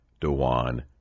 Dewan